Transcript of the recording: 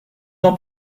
ans